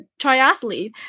triathlete